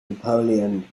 napoleon